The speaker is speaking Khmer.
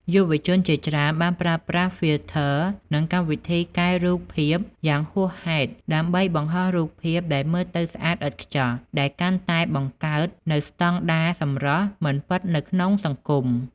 យុវជនជាច្រើនបានប្រើប្រាស់ ហ្វីលធ័រ និងកម្មវិធីកែរូបភាពយ៉ាងហួសហេតុ ដើម្បីបង្ហោះរូបភាពដែលមើលទៅស្អាតឥតខ្ចោះ ដែលកាន់តែបង្កើតនូវស្តង់ដារសម្រស់មិនពិតនៅក្នុងសង្គម។